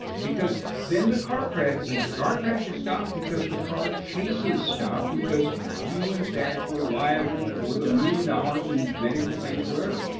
because then the car crashed the car crashes stopped because the car chases stopped. because you in fact were liable for the million dollars in medical claims or whatever.